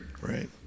right